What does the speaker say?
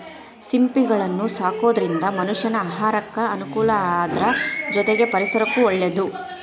ಸಿಂಪಿಗಳನ್ನ ಸಾಕೋದ್ರಿಂದ ಮನಷ್ಯಾನ ಆಹಾರಕ್ಕ ಅನುಕೂಲ ಅದ್ರ ಜೊತೆಗೆ ಪರಿಸರಕ್ಕೂ ಒಳ್ಳೇದು